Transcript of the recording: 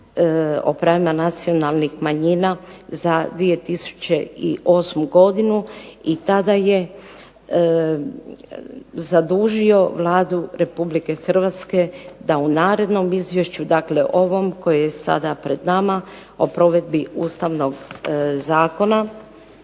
o pravima nacionalnih manjina za 2008. godinu i tada je zadužio Vladu Republike Hrvatske da u narednom izvješću, dakle ovom koje je sada pred nama, o provedbi Ustavnog zakona